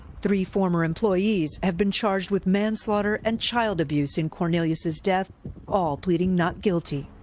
three former employees have been charged with manslaughter and child abuse in cornelius's death all pleading not guilty.